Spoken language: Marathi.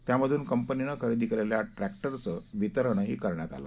त्यामधून कंपनीनं खरेदी केलेल्या ट्रॅक्टरचं वितरतण ही करण्यात आलं